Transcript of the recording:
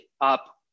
up